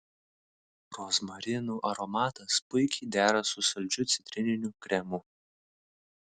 rozmarinų aromatas puikiai dera su saldžiu citrininiu kremu